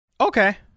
Okay